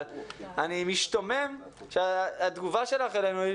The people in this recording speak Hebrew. אבל אני משתומם שהתגובה שלך אלינו היא